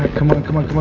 but come on, come on,